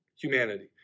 humanity